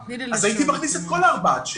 אז הייתי מכניס את כל ה-4 עד 6